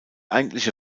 eigentliche